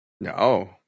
No